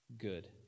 good